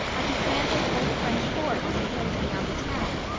a dismantled old french fort on the hills beyond the town,